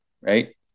right